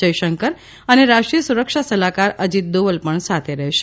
જયશંકર અને રાષ્ટ્રીય સુરક્ષા સલાહકાર અજીત દોવલ પણ સાથે રહેશે